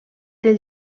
del